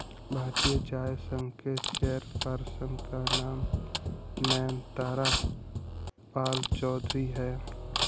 भारतीय चाय संघ के चेयर पर्सन का नाम नयनतारा पालचौधरी हैं